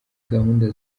gahunda